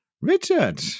Richard